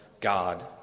God